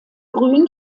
grün